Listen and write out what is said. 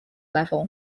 level